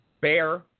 bear